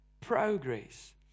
progress